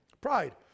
Pride